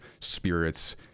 spirits